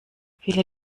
viele